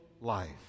life